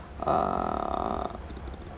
err